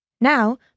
Now